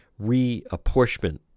reapportionment